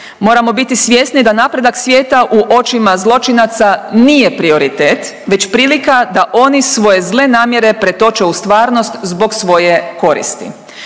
Moramo biti svjesni da napredak svijeta u očima zločinaca nije prioritet, već prilika da oni svoje zle namjere pretoče u stvarnost zbog svoje koristi.